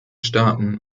staaten